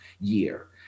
year